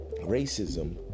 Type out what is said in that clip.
racism